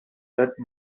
that